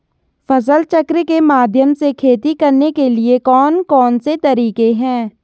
फसल चक्र के माध्यम से खेती करने के लिए कौन कौन से तरीके हैं?